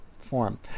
form